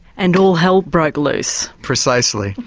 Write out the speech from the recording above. and all hell broke loose? precisely.